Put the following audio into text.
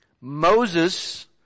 Moses